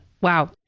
wow